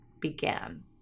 began